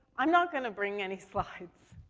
i'm not gonna bring any slides.